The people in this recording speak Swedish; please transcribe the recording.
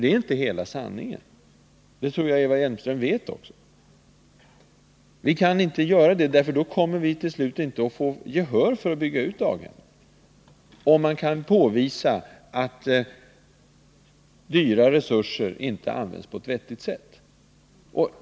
Det är inte hela sanningen, och det tror jag att Eva Hjelmström vet. Vi kommer till slut inte att få gehör för att bygga fler daghem, om det går att påvisa att dyra resurser inte används på ett vettigt sätt.